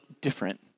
different